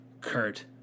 Kurt